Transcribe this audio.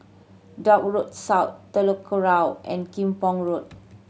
Dock Road South Telok Kurau and Kim Pong Road